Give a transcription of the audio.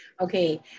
Okay